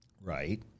Right